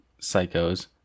psychos